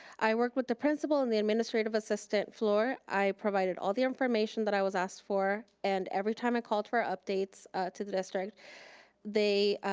i worked with the principal and the administrative assistant flor. i provided all the information that i was asked for and every time i called for updates to the district they